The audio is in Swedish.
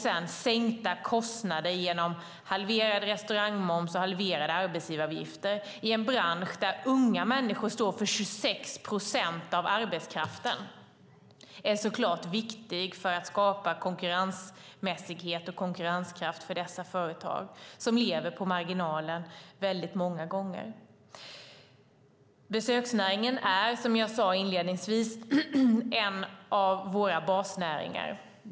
Sedan är sänkta kostnader genom halverad restaurangmoms och halverade arbetsgivaravgifter i en bransch där unga människor står för 26 procent av arbetskraften så klart viktigt för att skapa konkurrensmässighet och konkurrenskraft för dessa företag som många gånger lever på marginalen. Besöksnäringen är, som jag sade inledningsvis, en av våra basnäringar.